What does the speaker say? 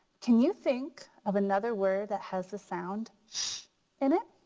can you think of another word that has the sound shh in it?